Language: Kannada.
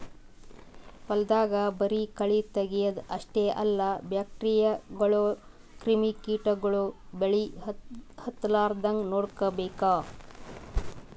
ಹೊಲ್ದಾಗ ಬರಿ ಕಳಿ ತಗ್ಯಾದ್ ಅಷ್ಟೇ ಅಲ್ಲ ಬ್ಯಾಕ್ಟೀರಿಯಾಗೋಳು ಕ್ರಿಮಿ ಕಿಟಗೊಳು ಬೆಳಿಗ್ ಹತ್ತಲಾರದಂಗ್ ನೋಡ್ಕೋಬೇಕ್